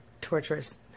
torturous